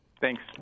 Thanks